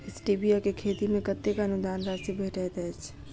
Stevia केँ खेती मे कतेक अनुदान राशि भेटैत अछि?